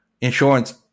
Insurance